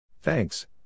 Thanks